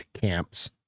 camps